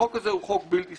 החוק הזה הוא חוק בלתי-סלקטיבי,